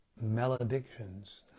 maledictions